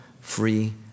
free